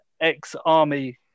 ex-army